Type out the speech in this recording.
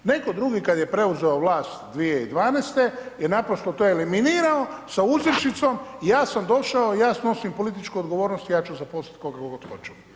Netko drugi kad je preuzeo vlast 2012. je naprosto to eliminirao sa uzrečicom ja sam došao, ja snosim političku odgovornost, ja ću zaposliti koga god hoću.